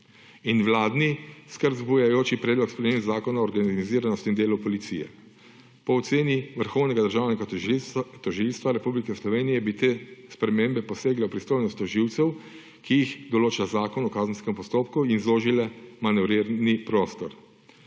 in vladni skrb zbujajoči predlog sprememb zakona o organiziranosti in delu policije. Po oceni Vrhovnega državnega tožilstva Republike Slovenije bi te spremembe posegle v pristojnost tožilcev, ki jih določa Zakon o kazenskem postopku in zožile manevrni prostor.